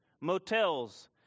motels